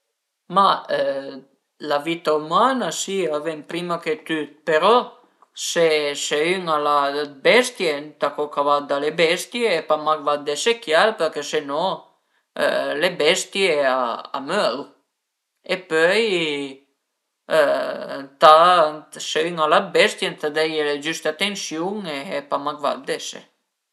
Ma la vita umana si a ven prima che tüt però se se ün al a d'bestie ëntà co ch'a varda le bestie e pa mach vardese chiel perché se no le bestie a möru e pöi ëntà se ün al a d'bestie ëntà deie le giüste atensiun e pa mach vardese